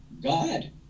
God